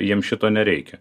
jiem šito nereikia